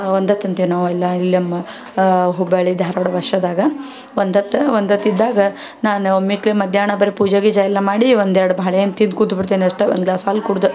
ಒಂದು ಹೊತ್ತು ತಿಂತೀವಿ ನಾವು ಇಲ್ಲ ಇಲ್ಲಮ್ಮ ಹುಬ್ಬಳ್ಳಿ ಧಾರವಾಡ ಭಾಷೆದಾಗ ಒಂದು ಹೊತ್ತು ಒಂದು ಹೊತ್ತು ಇದ್ದಾಗ ನಾನು ಒಮ್ಮೆಗೆ ಮಧ್ಯಾಹ್ನ ಬರೀ ಪೂಜೆ ಗೀಜ ಎಲ್ಲ ಮಾಡಿ ಒಂದು ಎರಡು ಬಾಳೆ ಹಣ್ಣು ತಿಂದು ಕೂತುಬಿಡ್ತೀನಿ ಅಷ್ಟೆ ಒಂದು ಗ್ಲಾಸ್ ಹಾಲು ಕುಡ್ದು